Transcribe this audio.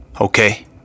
Okay